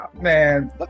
man